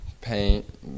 Paint